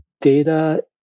Data